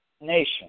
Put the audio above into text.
nation